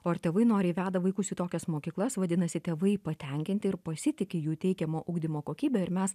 o ir tėvai noriai veda vaikus į tokias mokyklas vadinasi tėvai patenkinti ir pasitiki jų teikiamo ugdymo kokybe ir mes